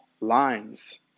lines